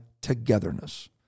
togetherness